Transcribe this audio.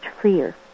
freer